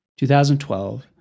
2012